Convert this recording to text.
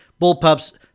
Bullpups